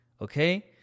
Okay